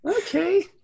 Okay